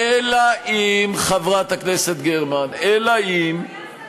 אלא אם, הם מעסיקים 18,000 עובדים.